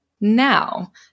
Now